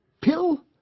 pill